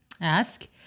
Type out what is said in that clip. ask